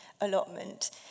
allotment